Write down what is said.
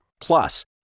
Plus